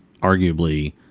arguably